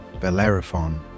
Bellerophon